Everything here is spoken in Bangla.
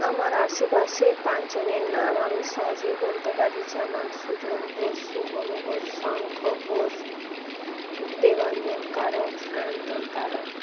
আমার আশেপাশের পাঁচজনের নাম আমি সহজেই বলতে পারি যেমন সুজন ঘোষ শুভম ঘোষ শঙ্খ ঘোষ দেবাঞ্জন কারক সায়ন্তন কারক